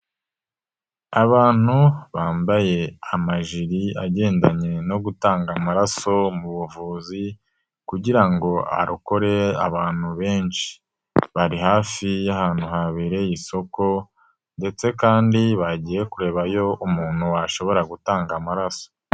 Abantu bambaye amajiri agendanye no gutanga amaraso mu buvuzi kugira ngo arokore abantu benshi, bari hafi y'ahantu habereye isoko ndetse kandi bagiye kurebayo umuntu washobora gutanga amaraso.